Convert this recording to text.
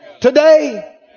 today